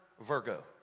Virgo